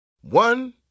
One